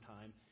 time